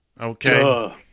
okay